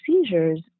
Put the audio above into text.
seizures